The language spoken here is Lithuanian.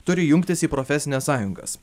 turi jungtis į profesines sąjungas